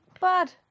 bad